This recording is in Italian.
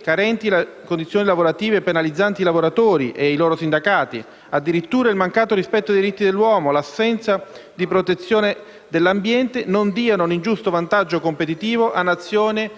carenti condizioni lavorative penalizzanti i lavoratori e loro sindacati, addirittura il mancato rispetto dei diritti dell'uomo, l'assenza di protezione dell'ambiente non diano un ingiusto vantaggio competitivo a nazioni